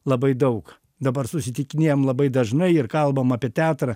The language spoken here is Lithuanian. labai daug dabar susitikinėjam labai dažnai ir kalbam apie teatrą